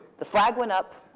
the flag went up.